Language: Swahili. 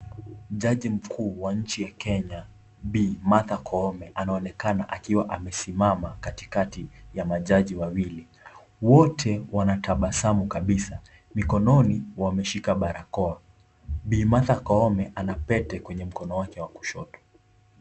Jaji mkuu wa nchi ya Kenya, Bi. Martha Koome, anaonekana amesimama katikati ya majaji wawili. Wote, wanatabasamu kabisa. Mikononi amevalia barakoa. Bi. Martha Koome amevalia pete kwenye mkono wake wa kushoto.